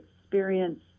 experience